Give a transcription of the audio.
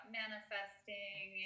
manifesting